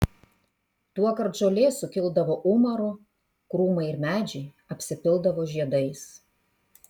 tuokart žolė sukildavo umaru krūmai ir medžiai apsipildavo žiedais